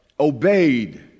obeyed